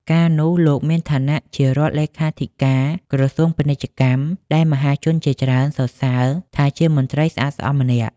កាលនោះលោកមានឋានៈជារដ្ឋលេខាធិការក្រសួងពាណិជ្ជកម្ម ដែលមហាជនជាច្រើនសរសើរថាជាមន្រ្តីស្អាតស្អំម្នាក់ ។